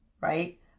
right